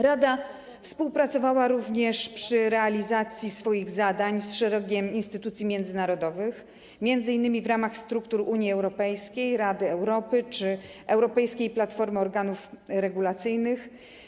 Rada współpracowała również przy realizacji swoich zadań z szeregiem instytucji międzynarodowych, m.in. w ramach struktur Unii Europejskiej, Rady Europy czy Europejskiej Platformy Organów Regulacyjnych.